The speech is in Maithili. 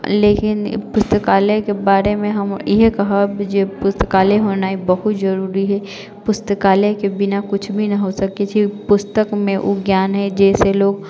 लेकिन पुस्तकालयके बारेमे हम इएहे कहब जे पुस्तकालय होनाइ बहुत जरूरी हइ पुस्तकालयके बिना कुछ भी ना हो सकै छै पुस्तकमे ओ ज्ञान है जाहिसँ लोग